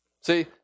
See